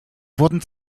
wurden